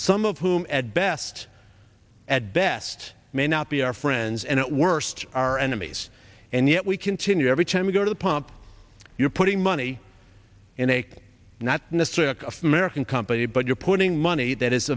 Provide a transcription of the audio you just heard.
some of whom at best at best may not be our friends and at worst our enemies and yet we continue every time you go to the pump you're putting money in a not in the thick of american company but you're putting money that is